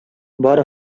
бары